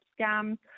scams